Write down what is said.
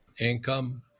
income